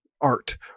art